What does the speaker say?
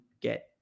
get